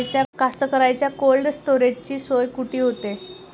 कास्तकाराइच्या कोल्ड स्टोरेजची सोय कुटी होते?